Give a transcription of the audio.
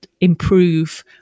improve